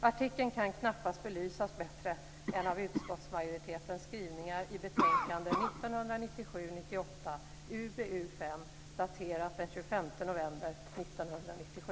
Artikeln kan knappast belysas bättre än av utskottsmajoritetens skrivningar i betänkande